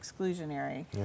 exclusionary